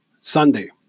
Sunday